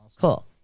Cool